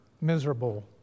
miserable